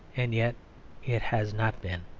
and yet it has not been.